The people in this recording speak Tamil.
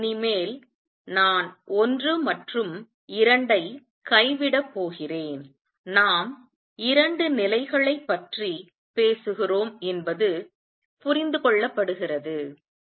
இனிமேல் நான் 1 மற்றும் 2 ஐ கைவிடப் போகிறேன் நாம் இரண்டு நிலைகளைப் பற்றி பேசுகிறோம் என்பது புரிந்து கொள்ளப்படுகிறது